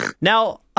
Now